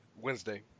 Wednesday